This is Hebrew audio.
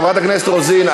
חברת הכנסת רוזין,